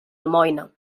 almoina